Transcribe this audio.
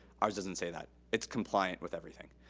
ours doesn't say that. it's compliant with everything.